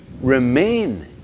remain